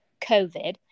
COVID